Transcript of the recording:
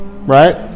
right